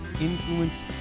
Influence